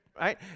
right